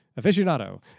aficionado